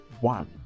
one